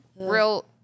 Real